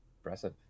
Impressive